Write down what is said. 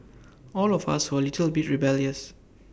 all of us were A little bit rebellious